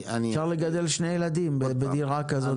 אפשר לגדל שני ילדים בדירה כזאת.